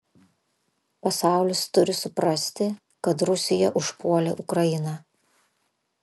pasaulis turi suprasti kad rusija užpuolė ukrainą